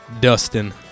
Dustin